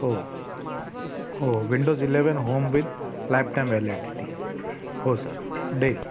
हो हो Windows eleven home with lifetime validity हो सर डेल